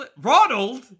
Ronald